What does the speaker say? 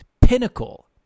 pinnacle